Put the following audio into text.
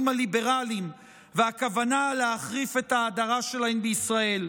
הליברליים והכוונה להחריף את ההדרה שלהן בישראל.